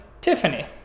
Tiffany